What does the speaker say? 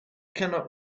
cannot